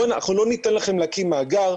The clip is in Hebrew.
'לא ניתן לכם להקים מאגר,